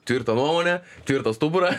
tvirta nuomonė tvirtą stuburą